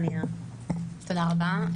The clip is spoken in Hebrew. רבה,